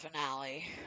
finale